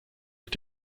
mit